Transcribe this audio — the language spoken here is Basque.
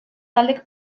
taldek